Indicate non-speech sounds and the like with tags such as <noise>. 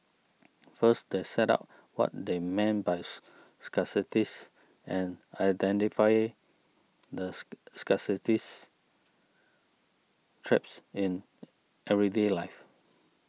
first they set out what they mean buys scarcity and identify the <hesitation> scarcity traps in everyday life